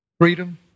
Freedom